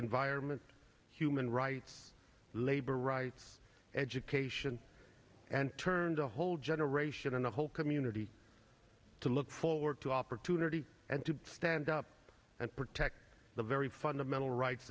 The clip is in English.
environment human rights labor rights education and turned a whole generation on the whole community to look forward to opportunity and to stand up and protect the very fundamental rights